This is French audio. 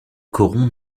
coron